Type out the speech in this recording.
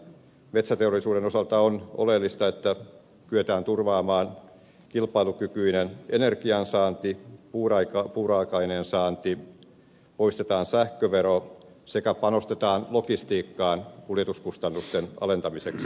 metsäteollisuuden osalta on oleellista että kyetään turvaamaan kilpailukykyinen energiansaanti puuraaka aineen saanti poistetaan sähkövero sekä panostetaan logistiikkaan kuljetuskustannusten alentamiseksi